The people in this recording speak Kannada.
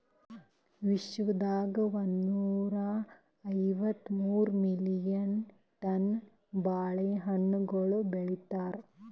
ವಿಶ್ವದಾಗ್ ಒಂದನೂರಾ ಐವತ್ತ ಮೂರು ಮಿಲಿಯನ್ ಟನ್ಸ್ ಬಾಳೆ ಹಣ್ಣುಗೊಳ್ ಬೆಳಿತಾರ್